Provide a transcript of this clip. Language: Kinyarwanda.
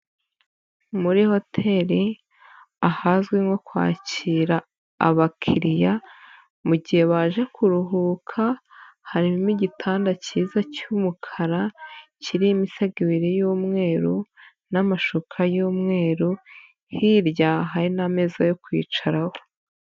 Muri hoteri ahazwi nko kwakira abakiriya mu gihe baje kuruhuka, harimo igitanda kiza cy'umukara kiriho imisego ibiri y'umweru n'amashuka y'umweru. Hirya hari n'ameza yo kwicaraho.